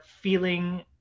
feeling